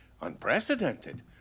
Unprecedented